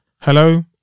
Hello